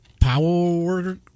Power